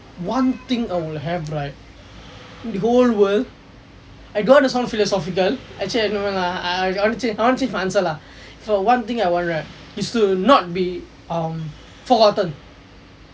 one thing I will have right the whole world I don't want to sound philosophical actually I don't want lah I want I want to change my answer lah so one thing I want right is to not be um forgotten